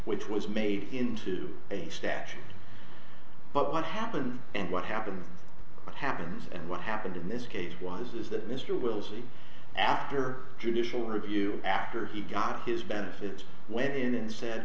which was made into a statute but what happened and what happened what happens and what happened in this case why is that mr wilson after judicial review after he got his benefits went in and said